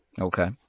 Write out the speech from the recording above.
Okay